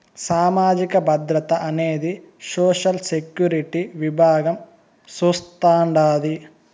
సామాజిక భద్రత అనేది సోషల్ సెక్యూరిటీ విభాగం చూస్తాండాది